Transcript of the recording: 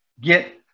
get